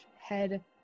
head